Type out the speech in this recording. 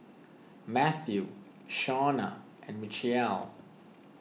Mathew Shona and Michial